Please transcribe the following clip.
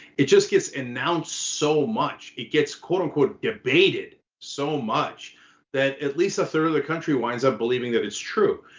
it just gets announced so much. it gets quote unquote debated so much that at least a third of the country winds up believing that it's true.